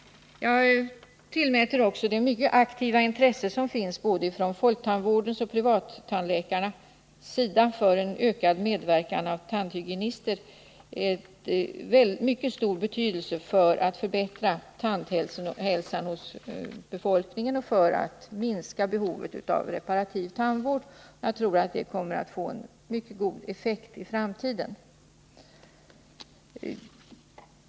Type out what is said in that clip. Jag tillmäter också det mycket aktiva intresse som finns hos både folktandvården och privattandläkarna för ökad medverkan av tandhygienister en stor betydelse när det gäller att förbättra tandhälsan hos befolkningen och minska behovet av reparativ tandvård. Jag tror att det kommer att få en mycket stor effekt i framtiden.